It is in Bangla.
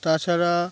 তাছাড়া